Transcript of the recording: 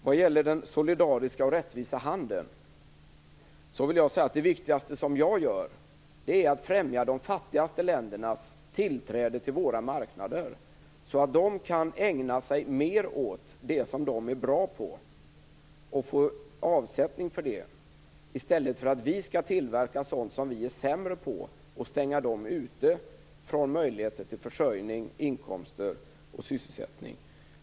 Vad gäller den solidariska och rättvisa handeln vill jag säga att det viktigaste som jag gör är att främja den fattigaste ländernas tillträde till våra marknader, så att de kan ägna sig mer åt det som de är bra på och få avsättning för det i stället för att vi skall tillverka sådant som vi är sämre på och stänga dem ute från möjligheten till försörjning, inkomster och sysselsättning.